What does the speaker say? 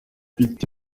mfite